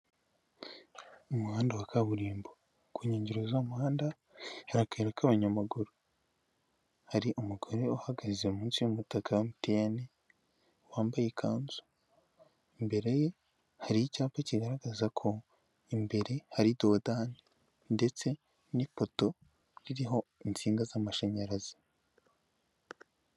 Umuhanda wa kaburimbo ku nkengero z'umuhanda hake k'abanyamaguru, hari umugore uhagaze munsi y'umutaka wa emutiyene wambaye ikanzu, mbere ye hari icyapa kigaragaza ko imbere hari dodani ndetse n'ipoto ririho insinga z'amashanyarazi.